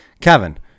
Kevin